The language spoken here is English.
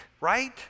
right